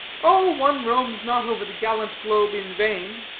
oh, one roams not over the gallant globe in vain.